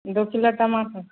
दू किलो टमाटर